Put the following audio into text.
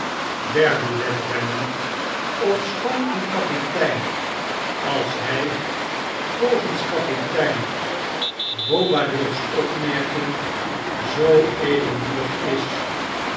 der derby wedrennen ofschoon een kapitein als hij volgens kapitein bobadifs opmerking zoo edelnaoedig is